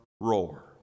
roar